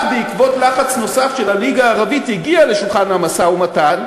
רק בעקבות לחץ נוסף של הליגה הערבית הגיע לשולחן המשא-ומתן,